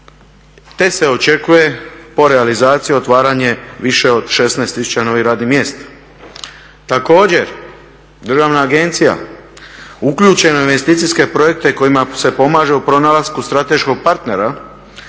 te se očekuje po realizaciji otvaranje više od 16 tisuća novih radnih mjesta. Također, Državna agencija uključena je u investicijske projekte kojima se pomaže u pronalasku strateškog partnera